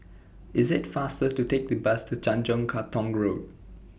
IS IT faster to Take The Bus to Tanjong Katong Road